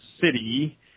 city